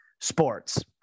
sports